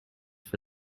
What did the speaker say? for